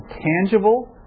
tangible